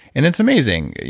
and it's amazing.